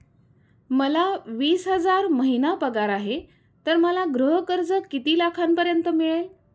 मला वीस हजार महिना पगार आहे तर मला गृह कर्ज किती लाखांपर्यंत मिळेल?